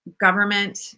government